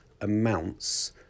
amounts